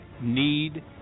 need